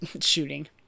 shooting